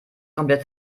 komplett